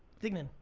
dignan.